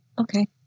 Okay